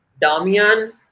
Damian